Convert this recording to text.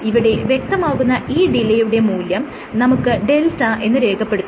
ഇവിടെ വ്യക്തമാകുന്ന ഈ ഡിലെയുടെ മൂല്യം നമുക്ക് δ എന്ന് രേഖപെടുത്താം